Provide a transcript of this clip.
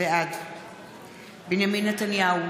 בעד בנימין נתניהו,